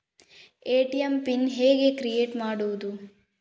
ATM PIN ಹೇಗೆ create ಮಾಡುವುದು?